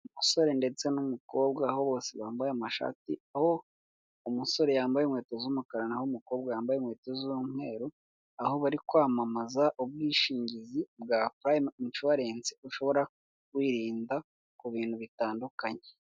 Umusore ndetse n'umukobwa aho bose bambaye amashati, aho umusore yambaye inkweto z'umukara naho umukobwa yambaye inkweto z'umweru, aho bari kwamamaza ubwishingizi bwa purayimu inshuwarensi ushobora kwirinda ku bintu bitandukanye.